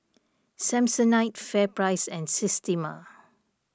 Samsonite FairPrice and Systema